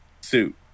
suit